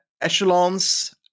Echelons